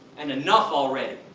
and enough already!